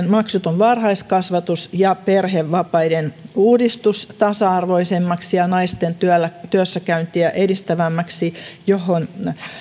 maksuton varhaiskasvatus ja perhevapaiden uudistus tasa arvoisemmaksi ja naisten työssäkäyntiä edistävämmäksi johon